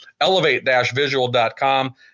Elevate-Visual.com